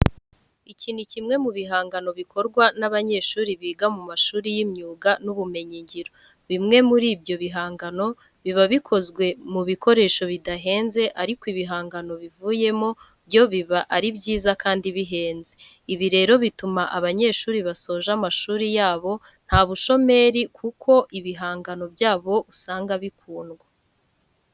Iki ni kimwe mu bihangano bikorwa n'abanyeshuri biga mu mashuri y'imyuga n'ibumenyingiro. Bimwe muri ibyo bihangano biba bikozwe mu bikoresho bidahenze ariko ibihangano bivuyemo byo biba ari byiza kandi bihenze. Ibi rero bituma aba banyeshuri basoza amashuri yabo nta bushomeri kuko ibihangano byabo usanga bikundwa.